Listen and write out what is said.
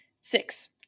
Six